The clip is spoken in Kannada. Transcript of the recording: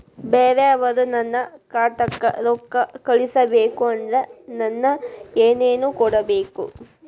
ಬ್ಯಾರೆ ಅವರು ನನ್ನ ಖಾತಾಕ್ಕ ರೊಕ್ಕಾ ಕಳಿಸಬೇಕು ಅಂದ್ರ ನನ್ನ ಏನೇನು ಕೊಡಬೇಕು?